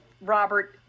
Robert